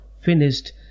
finished